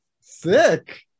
Sick